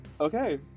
Okay